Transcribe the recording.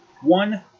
One